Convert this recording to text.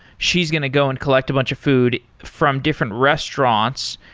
she's going to go and collect a bunch of food from different restaurants,